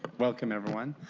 welcome everyone.